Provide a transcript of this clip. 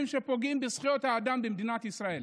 שפוגעים בזכויות האדם במדינת ישראל,